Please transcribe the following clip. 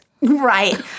Right